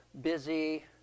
busy